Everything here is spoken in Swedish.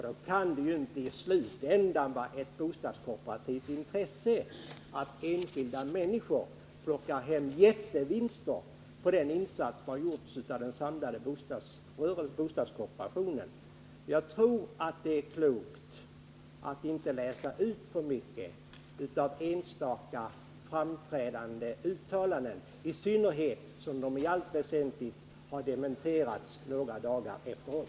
Det kan då inte i slutändan vara ett bostadskooperativt intresse att enskilda människor plockar hem jättevinster på den insats som gjorts av den samlade bostadskooperationen. Det är klokt att inte läsa ut för mycket av enstaka framträdanden och uttalanden, i synnerhet som de uppenbarligen har korrigerats någon tid efteråt.